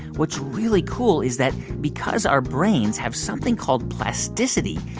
what's really cool is that, because our brains have something called plasticity,